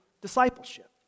discipleship